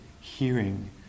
hearing